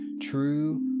True